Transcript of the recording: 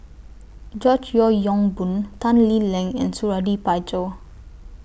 George Yeo Yong Boon Tan Lee Leng and Suradi Parjo